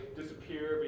disappear